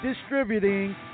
Distributing